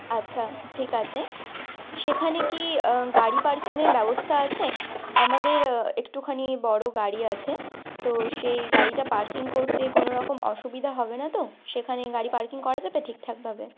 আচ্ছা ঠিক আছে সেখানে কি গাড়ি পার্কিংয়ের ব্যবস্তা আছে আমাদের একটুখানি বড়ো গাড়ি আছে তো সেই গাড়িটা পার্কিং করতে কোনো রকম অসুবিধা হবে না তো সেখানে গাড়ি পার্কিং করা যাবে ঠিকঠাকভাবে